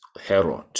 Herod